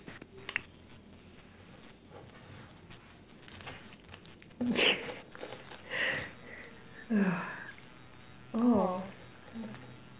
oh